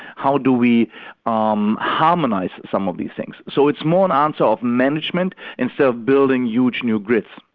how do we um harmonise some of these things? so it's more an answer of management instead of building huge new grids.